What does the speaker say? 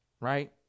right